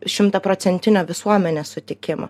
šimtaprocentinio visuomenės sutikimo